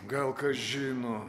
gal kas žino